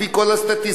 לפי כל הסטטיסטיקות,